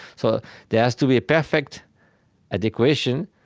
so there has to be a perfect adequation,